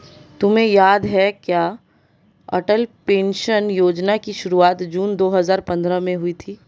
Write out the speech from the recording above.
तुम्हें याद है क्या अटल पेंशन योजना की शुरुआत जून दो हजार पंद्रह में हुई थी?